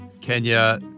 Kenya